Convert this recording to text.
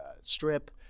strip